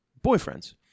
boyfriends